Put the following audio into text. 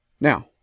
now